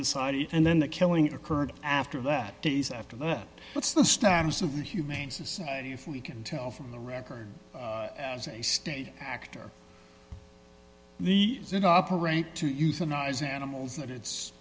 society and then the killing occurred after that days after that what's the status of the humane society if we can tell from the record as a stage actor the operate to euthanize animals that it's